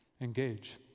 engage